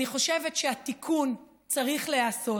אני חושבת שהתיקון צריך להיעשות